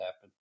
happen